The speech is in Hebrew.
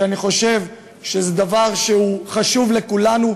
ואני חושב שזה דבר שהוא חשוב לכולנו,